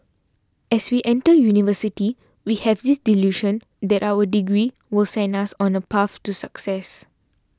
as we enter University we have this delusion that our degree will send us on a path to success